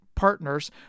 partners